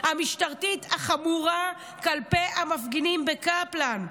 המשטרתית החמורה כלפי המפגינים בקפלן.